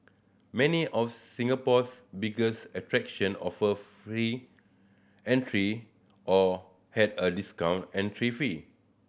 many of Singapore's biggest attraction offered free entry or had a discounted entrance fee